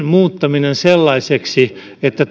muuttaminen sellaiseksi että